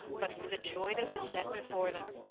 but for the joy that was set before them.